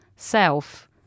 self